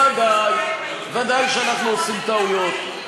ודאי, ודאי שאנחנו עושים טעויות.